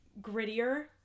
grittier